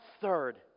third